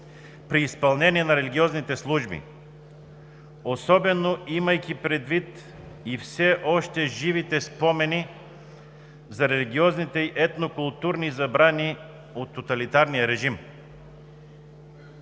при изпълнение на религиозните служби, особено имайки предвид и все още живите спомени за религиозните и етнокултурните забрани от тоталитарния режим.